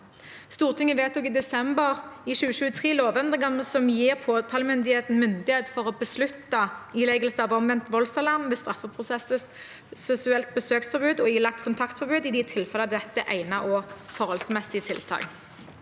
Stortinget vedtok i desember i 2023 lovendringene som gir påtalemyndigheten myndighet til å beslutte ileggelse av omvendt voldsalarm ved straffeprosessuelt besøksforbud og ilagt kontaktforbud i de tilfeller der dette er egnede og forholdsmessige tiltak.